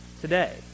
today